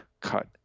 cut